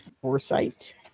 foresight